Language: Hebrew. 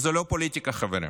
זו לא פוליטיקה, חברים.